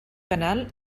canal